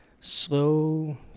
slow